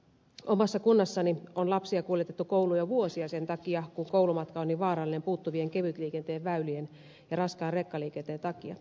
omassa kunnassani on lapsia kuljetettu kouluun jo vuosia sen takia kun koulumatka on niin vaarallinen kevyen liikenteen väylien puuttumisen ja raskaan rekkaliikenteen takia